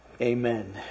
Amen